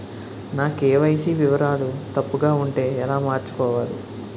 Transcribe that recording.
నా కే.వై.సీ వివరాలు తప్పుగా ఉంటే ఎలా మార్చుకోవాలి?